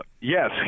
Yes